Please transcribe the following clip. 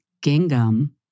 Gingham